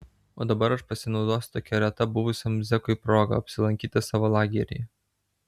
o dabar aš pasinaudosiu tokia reta buvusiam zekui proga apsilankyti savo lageryje